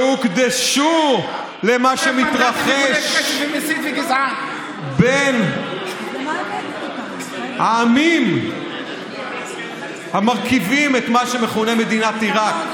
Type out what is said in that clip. שהוקדשו למה שמתרחש בין העמים המרכיבים את מה שמכונה מדינת עיראק: